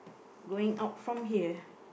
going out from here